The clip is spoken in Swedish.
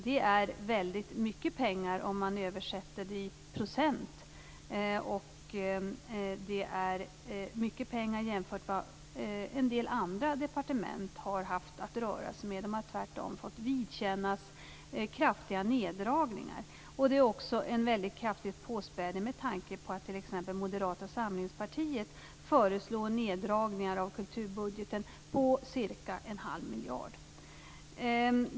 Det är väldigt mycket pengar om man översätter det i procent. Det är mycket pengar jämfört med vad en del andra departement har haft att röra sig med. De har tvärtom fått vidkännas kraftiga neddragningar. Det är också en väldigt kraftig påspädning med tanke på att t.ex. Moderata samlingspartiet föreslår neddragningar av kulturbudgeten på cirka en halv miljard.